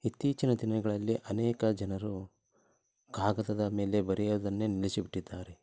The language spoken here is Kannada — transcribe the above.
ಇತ್ತೀಚಿನ ದಿನಗಳಲ್ಲಿ ಅನೇಕ ಜನರು ಕಾಗದದ ಮೇಲೆ ಬರೆಯೋದನ್ನೆ ನಿಲ್ಲಿಸಿಬಿಟ್ಟಿದ್ದಾರೆ